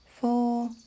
four